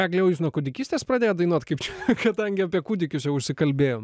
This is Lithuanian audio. egle o jūs nuo kūdikystės pradėjot dainuoti kaip čia kadangi apie kūdikius jau užsikalbėjom